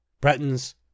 Bretons